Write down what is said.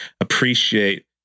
appreciate